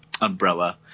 umbrella